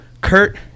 Kurt